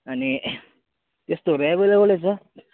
अनि त्यस्तोहरू एभाइलेबलै छ